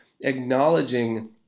acknowledging